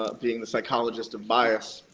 ah being the psychologist of bias.